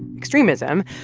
extremism,